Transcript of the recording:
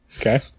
Okay